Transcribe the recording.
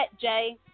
Jay